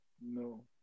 No